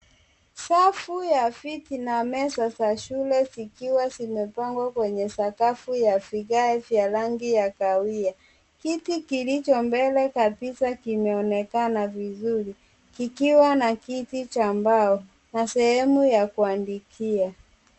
Safu ya viti na meza za shule zikiwa zimepangwa kwenye sakafu ya vigae vya rangi ya kahawia. Kiti kilicho mbele kabisa kimeonekana vizuri kikiwa na kiti cha mbao na sehemu ya kuandikia.